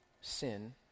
sin